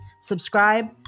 subscribe